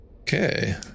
Okay